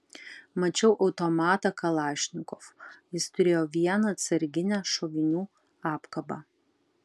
mačiau automatą kalašnikov jis turėjo vieną atsarginę šovinių apkabą